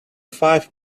five